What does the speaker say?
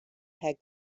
had